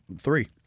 three